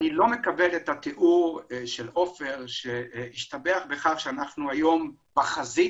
אני לא מקבל את התיאור של עופר שהשתבח בכך שאנחנו היום בחזית.